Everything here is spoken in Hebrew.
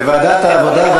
לוועדת העבודה,